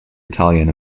italian